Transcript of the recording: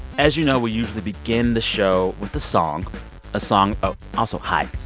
as you know, we usually begin the show with a song a song also, hi.